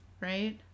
right